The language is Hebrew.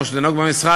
כמו שזה נהוג במשרד,